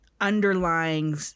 underlying